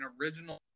original